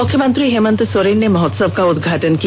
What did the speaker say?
मुख्यमंत्री हेमंत सोरेन ने महोत्सव का उद्घाटन किया